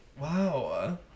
wow